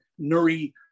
Nuri